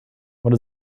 what